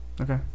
Okay